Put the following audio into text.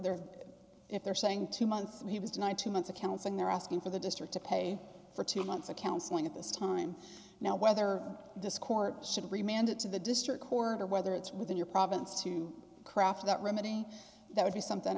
their if they're saying two months and he was denied two months of counseling they're asking for the district to pay for two months of counseling at this time now whether this court should reminded to the district court or whether it's within your province to craft that remedy that would be something